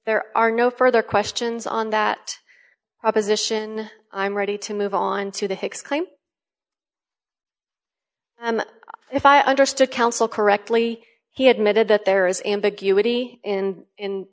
there are no further questions on that opposition i'm ready to move on to the hicks claim and if i understood counsel correctly he had mended that there i